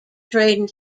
trading